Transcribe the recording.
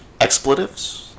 expletives